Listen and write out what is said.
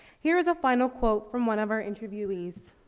here is a final quote from one of our interviewees.